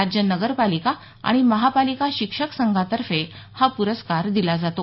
राज्य नगरपालिका आणि महापालिका शिक्षक संघातर्फे हा पुरस्कार दिला जातो